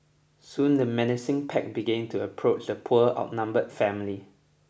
soon the menacing pack began to approach the poor outnumbered family